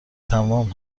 تموم